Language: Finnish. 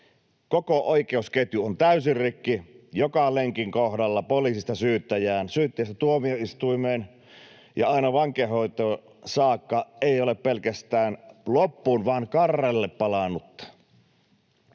Koko oikeusketju on täysin rikki, joka lenkki poliisista syyttäjään, syyttäjästä tuomioistuimeen ja aina vankeinhoitoon saakka ei ole pelkästään loppuun vaan karrelle palannut.